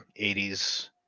80s